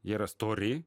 jie yra stori